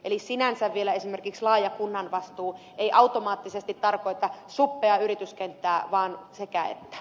eli sinänsä vielä esimerkiksi laaja kunnan vastuu ei automaattisesti tarkoita suppeaa yrityskenttää vaan sekäettä